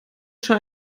schon